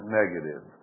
negative